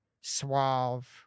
suave